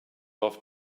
off